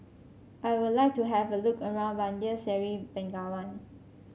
I would like to have a look around Bandar Seri Begawan